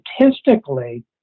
Statistically